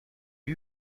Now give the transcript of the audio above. eût